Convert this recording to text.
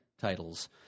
titles